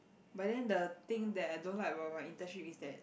but then the thing that I don't like about my internship is that